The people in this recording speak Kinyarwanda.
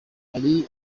hari